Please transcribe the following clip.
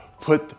put